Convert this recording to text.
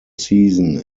season